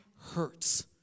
hurts